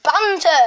banter